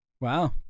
Wow